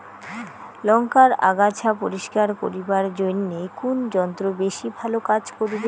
লংকার আগাছা পরিস্কার করিবার জইন্যে কুন যন্ত্র বেশি ভালো কাজ করিবে?